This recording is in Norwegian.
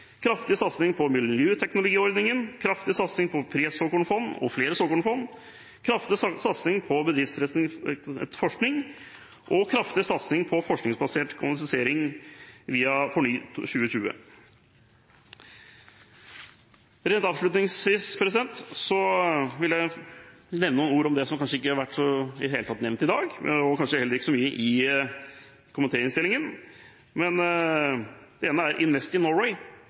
kraftig satsing på miljøteknologiordningen, kraftig satsing på presåkornfond og flere såkornfond, kraftig satsing på bedriftsrettet forskning og kraftig satsing på forskningsbasert kommersialisering via FORNY2020. Rent avslutningsvis vil jeg nevne noen ord om det som kanskje ikke i det hele tatt har vært nevnt i dag, kanskje heller ikke så mye i komitéinnstillingen. Det ene er Invest in